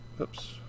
Oops